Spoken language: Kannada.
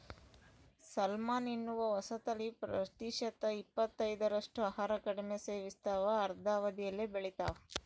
ಸಾಲ್ಮನ್ ಎನ್ನುವ ಹೊಸತಳಿ ಪ್ರತಿಶತ ಇಪ್ಪತ್ತೈದರಷ್ಟು ಆಹಾರ ಕಡಿಮೆ ಸೇವಿಸ್ತಾವ ಅರ್ಧ ಅವಧಿಯಲ್ಲೇ ಬೆಳಿತಾವ